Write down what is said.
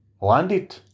landed